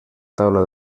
taula